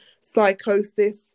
psychosis